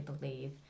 believe